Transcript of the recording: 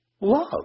Love